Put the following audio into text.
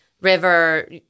river